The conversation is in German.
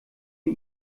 wir